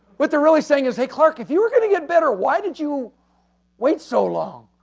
what they're really saying is, hey, clark, if you are going to get better, why did you wait so long?